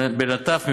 בנטף,